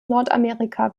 nordamerika